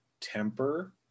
temper